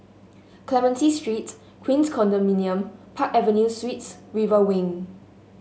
Clementi Street Queens Condominium Park Avenue Suites River Wing